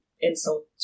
insult